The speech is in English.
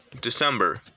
December